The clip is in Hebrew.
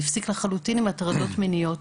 הפסיק לחלוטין עם הטרדות מיניות.